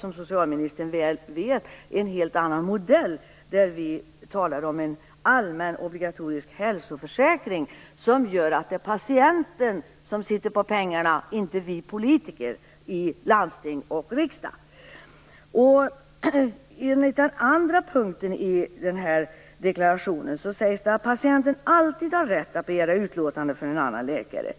Som socialministern väl vet har vi i Sverige en helt annan modell, där vi talar om en allmän obligatorisk hälsoförsäkring som gör att det är patienten som sitter på pengarna och inte vi politiker i landsting och riksdag. Enligt den andra punkten i deklarationen har patienten alltid rätt att begära utlåtande från en annan läkare.